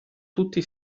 tutti